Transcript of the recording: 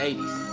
80s